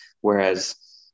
whereas